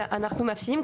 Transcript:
וגם תשובות שיינתנו,